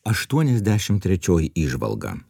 aštuoniasdešimt trečioji įžvalga